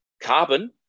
carbon